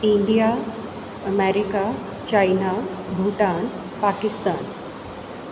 India America China Bhutan Pakistan